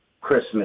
Christmas